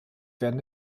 werden